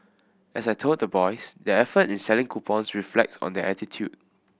as I told the boys their effort in selling coupons reflects on their attitude